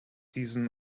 season